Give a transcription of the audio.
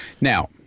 Now